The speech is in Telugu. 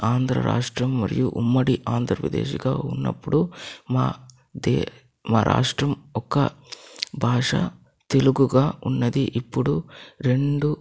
ఆంధ్ర రాష్ట్రం మరియు ఉమ్మడి ఆంధ్రప్రదేశ్గా ఉన్నప్పుడు మా దే మా రాష్ట్రం ఒక భాష తెలుగుగా ఉన్నది ఇప్పుడు రెండు